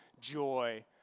joy